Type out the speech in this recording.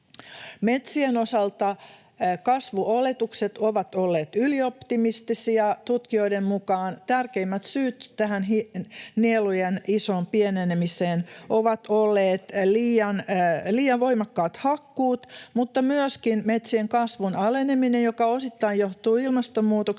Metsien osalta kasvuoletukset ovat olleet ylioptimistisia. Tutkijoiden mukaan tärkeimmät syyt tähän nielujen isoon pienenemiseen ovat olleet liian voimakkaat hakkuut mutta myöskin metsien kasvun aleneminen, joka osittain johtuu ilmastonmuutoksesta